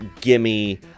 gimme